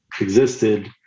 existed